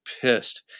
pissed